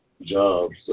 jobs